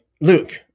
Luke